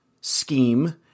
scheme